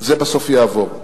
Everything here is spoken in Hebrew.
זה בסוף יעבור.